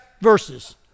verses